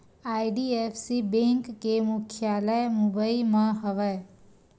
IDFC bank के मुख्यालय मुबई म हवय